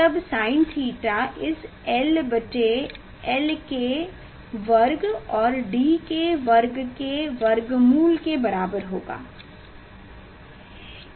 तब Sin𝛉 इस l बटे l के वर्ग और D वर्ग के वर्गमूल के बराबर होगा